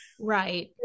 Right